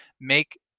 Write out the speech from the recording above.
make